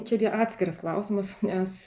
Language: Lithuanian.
čia gi atskiras klausimas nes